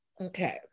Okay